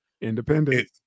Independent